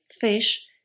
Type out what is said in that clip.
fish